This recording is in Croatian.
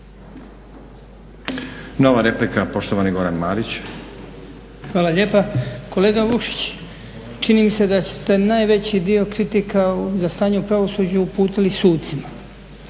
Nova replika, poštovani Goran Marić. **Marić, Goran (HDZ)** Hvala lijepa. Kolega Vukšić čini mi se da ste najveći dio kritika za stanje u pravosuđu uputili sucima.